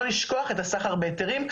לא לשכוח את הסחר בהיתרים,